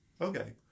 Okay